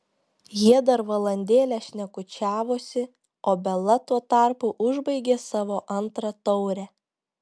jie dar valandėlę šnekučiavosi o bela tuo tarpu užbaigė savo antrą taurę